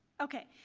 okay.